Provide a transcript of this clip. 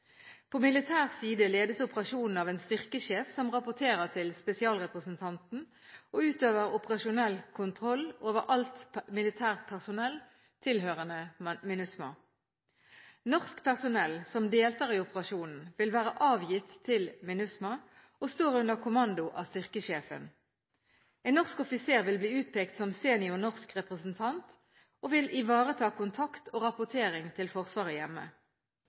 På militær side ledes operasjonen av en styrkesjef som rapporterer til spesialrepresentanten og utøver operasjonell kontroll over alt militært personell tilhørende MINUSMA. Norsk personell som deltar i operasjonen, vil være avgitt til MINUSMA og står under kommando av styrkesjefen. En norsk offiser vil bli utpekt som senior norsk representant, og han vil ivareta kontakt og rapportering til Forsvaret hjemme.